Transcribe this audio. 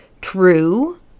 true